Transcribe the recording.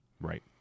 Right